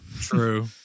True